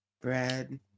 bread